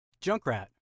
Junkrat